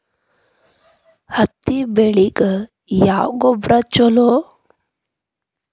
ಹತ್ತಿ ಬೆಳಿಗ ಯಾವ ಗೊಬ್ಬರ ಛಲೋ?